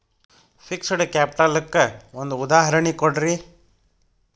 fixed capital ಕ್ಕ ಒಂದ್ ಉದಾಹರ್ಣಿ ಕೊಡ್ರಿ